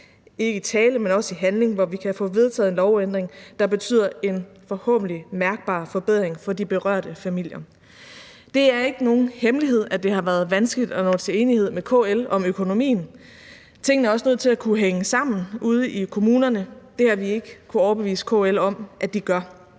kun i tale, men også i handling – hvor vi kan få vedtaget en lovændring, der betyder en forhåbentlig mærkbar forbedring for de berørte familier. Det er ikke nogen hemmelighed, at det har været vanskeligt at nå til enighed med KL om økonomien. Tingene er også nødt til at kunne hænge sammen ude i kommunerne. Det har vi ikke kunnet overbevise KL om at de gør.